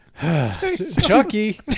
Chucky